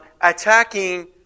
attacking